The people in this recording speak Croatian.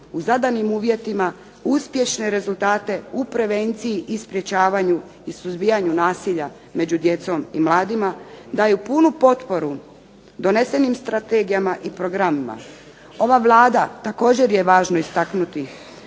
u zadanim uvjetima uspješne rezultate u prevenciji i sprečavanju i suzbijanju nasilja među djecom i mladima, daju punu potporu donesenim strategijama i programima. Ova Vlada također je važno istaknuti,